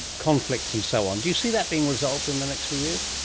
conflicts and so on. do you see that being resolved in the next few years?